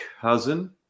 cousin